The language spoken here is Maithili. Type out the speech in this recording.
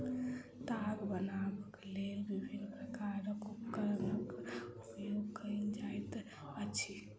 ताग बनयबाक लेल विभिन्न प्रकारक उपकरणक उपयोग कयल जाइत अछि